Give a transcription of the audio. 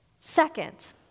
Second